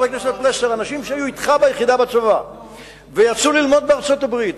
חבר הכנסת פלסנר: אנשים שהיו אתך ביחידה בצבא ויצאו ללמוד בארצות-הברית,